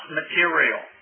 material